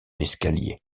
l’escalier